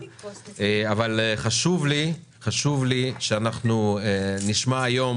חשוב לי שנשמע היום